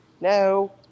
No